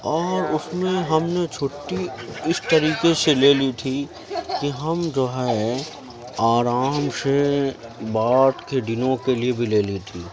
اور اس میں ہم نے چھٹی اس طریقے سے لے لی تھی کہ ہم جو ہے آرام سے بعد کے دنوں کے لئے بھی لے لی تھی